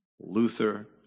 Luther